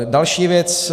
Další věc.